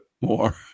more